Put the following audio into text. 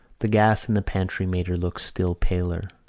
the gas in the pantry made her look still paler.